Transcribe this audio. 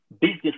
Business